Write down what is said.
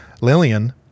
lillian